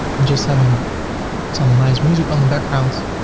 and just having some nice music on the backgrounds.